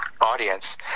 audience